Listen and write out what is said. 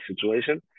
situation